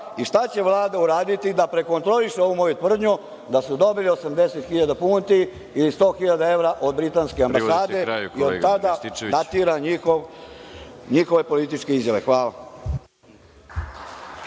i šta će Vlada uraditi da prekontroliše ovu moju tvrdnju da su dobili 80 hiljada funti ili 100 hiljada evra od britanske ambasade, jer od tada datiraju njihove političke izjave? Hvala.